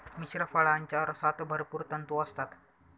मिश्र फळांच्या रसात भरपूर तंतू असतात